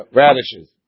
radishes